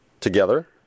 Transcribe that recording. together